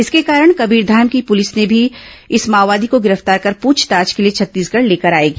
इसके कारण कबीरधाम की पुलिस भी इस माओवादी को गिरफ्तार कर प्रछताछ के लिए छत्तीसगढ़ लेकर आएगी